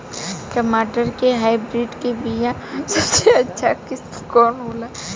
टमाटर के हाइब्रिड क बीया सबसे अच्छा किस्म कवन होला?